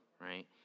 right